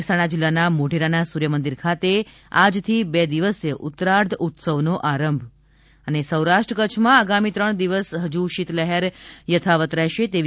મહેસાણા જીલ્લાના મોઢેરાના સૂર્યમંદિર ખાતે આજથી બે દિવસીય ઉત્તરાર્ધ ઉત્સવનો આરંભ સૌરાષ્ટ્ર કચ્છમાં આગામી ત્રણ દિવસ હજુ શીત લહેર યથાવત રહેશે તેવી